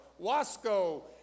Wasco